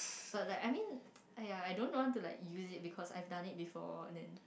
but like I mean aiyah I don't want to use it because I've done it before